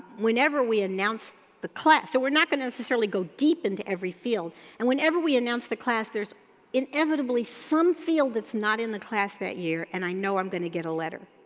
whenever we announce the class, so we're not gonna necessarily go deep into every field and whenever we announce the class, there's inevitably some field that's not in the class that year and i know i'm gonna get a letter.